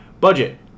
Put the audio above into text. Budget